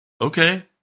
Okay